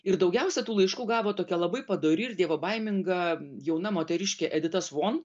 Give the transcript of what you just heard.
ir daugiausia tų laiškų gavo tokia labai padori ir dievobaiminga jauna moteriškė edita svon